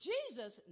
Jesus